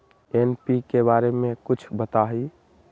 NPK बारे म कुछ बताई?